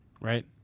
right